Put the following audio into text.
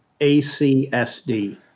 ACSD